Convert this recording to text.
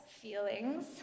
feelings